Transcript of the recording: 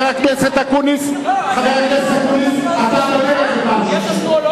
(חברת הכנסת מירי רגב יוצאת מאולם המליאה.) חבר הכנסת אקוניס,